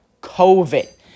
COVID